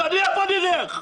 לאיפה נלך?